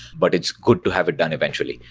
but it's good to have it done eventually.